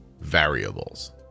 Variables